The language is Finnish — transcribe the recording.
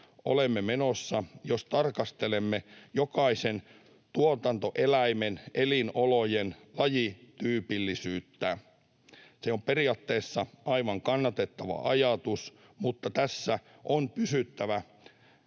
olemme menossa, jos tarkastelemme jokaisen tuotantoeläimen elinolojen lajityypillisyyttä? Se on periaatteessa aivan kannatettava ajatus, mutta tässä on pysyttävä